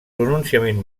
pronunciament